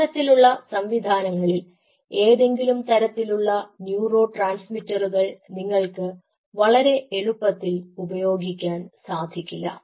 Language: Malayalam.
ഇത്തരത്തിലുള്ള സംവിധാനങ്ങളിൽ ഏതെങ്കിലും തരത്തിലുള്ള ന്യൂറോട്രാൻസ്മിറ്ററുകൾ നിങ്ങൾക്ക് വളരെ എളുപ്പത്തിൽ ഉപയോഗിക്കാൻ സാധിക്കില്ല